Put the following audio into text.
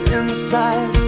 inside